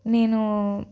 నేను